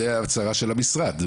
זאת ההצהרה של המשרד,